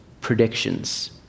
predictions